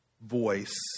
voice